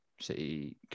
City